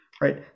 right